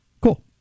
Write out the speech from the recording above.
Cool